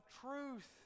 truth